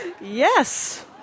Yes